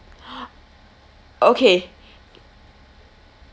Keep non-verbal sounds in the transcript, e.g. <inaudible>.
<breath> okay